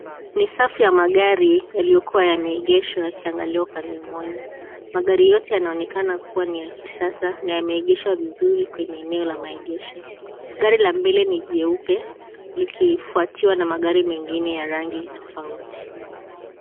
Ni safu ya magari yaliyokuwa yameegeshwa yakiangalia upande mmoja ,magari yote yanaonekana kuwa ni ya kisasa na yameegeshwa vizuri kwenye eneo la maegesho gari la mbele ni jeupe likifuatiwa na magari mengine ya rangi tofauti